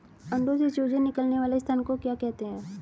अंडों से चूजे निकलने वाले स्थान को क्या कहते हैं?